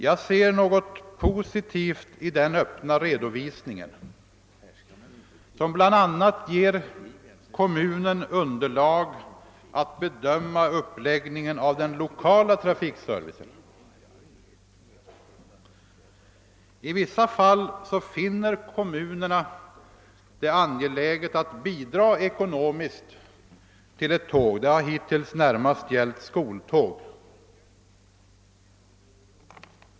Jag ser något positivt i denna öppna redovisning, som bl.a. ger kommu nerna underlag att bedöma uppläggningen av den lokala trafikservicen. I vissa fall finner kommunerna det angeläget att bidra ekonomiskt till ett tåg. Detta har hittills närmast gällt skoltåg.